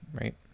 right